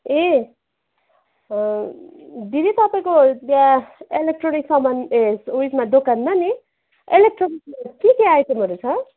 ए दिदी तपाईँको त्यहाँ इलेक्ट्रोनिक्स सामान ए उयेसमा दोकानमा नि इलेक्ट्रोनिक्स के के आइटमहरू छ